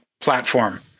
platform